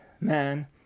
man